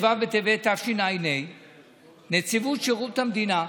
ט"ו בטבת תשע"ה, נציבות שירות המדינה,